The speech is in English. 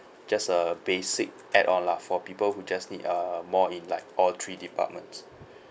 just a basic add-on lah for people who just need uh more in like all three departments